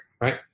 Right